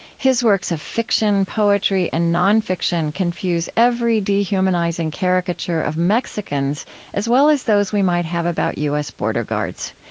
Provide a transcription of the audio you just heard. his works of fiction, poetry, and non-fiction confuse every dehumanizing caricature of mexicans as well as those we might have about u s. border guards.